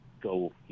go